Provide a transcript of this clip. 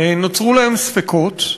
נוצרו אצלם ספקות,